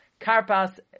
karpas